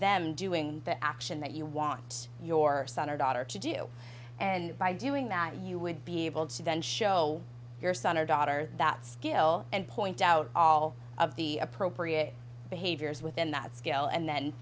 them doing the action that you want your son or daughter to do and by doing that you would be able to then show your son or daughter that skill and point out all of the appropriate behaviors within that skill and then